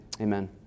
amen